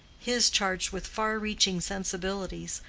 his charged with far-reaching sensibilities,